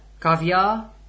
Caviar